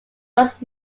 most